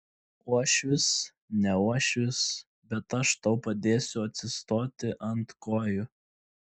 uošvis ne uošvis bet aš tau padėsiu atsistoti ant kojų